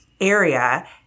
area